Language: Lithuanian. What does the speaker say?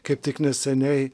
kaip tik neseniai